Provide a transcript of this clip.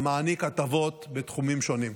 המעניק הטבות בתחומים שונים.